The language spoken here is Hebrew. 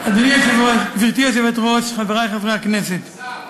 גברתי היושבת-ראש, חברי חברי הכנסת, השר,